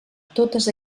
totes